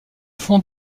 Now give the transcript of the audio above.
fond